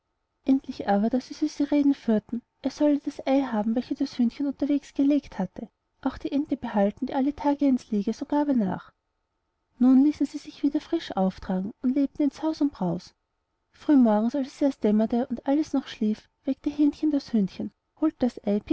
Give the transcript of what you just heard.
endlich aber da sie süße reden führten er solle das ei haben welches das hühnchen unterwegs gelegt hatte auch die ente behalten die alle tage eins lege so gab er nach nun ließen sie sich wieder frisch auftragen und lebten in saus und braus früh morgens als es erst dämmerte und noch alles schlief weckte hähnchen das hühnchen holte das